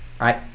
right